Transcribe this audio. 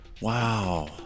Wow